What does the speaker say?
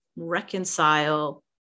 reconcile